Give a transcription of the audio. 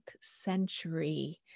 century